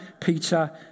Peter